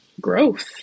growth